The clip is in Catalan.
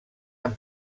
han